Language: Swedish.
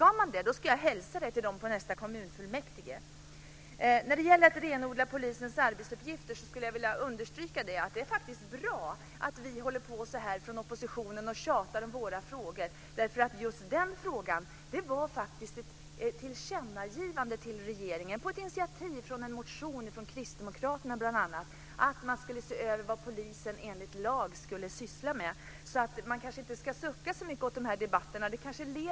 Kan man det ska jag hälsa dem det på nästa kommunfullmäktigesammanträde. När det gäller att renodla polisens arbetsuppgifter skulle jag vilja understryka att det är bra att vi från oppositionen tjatar om våra frågor. I just den frågan gjordes det faktiskt ett tillkännagivande till regeringen på ett initiativ i en motion från bl.a. Kristdemokraterna om att man skulle se över vad polisen ska syssla med. Man kanske inte ska sucka så mycket över dessa debatter.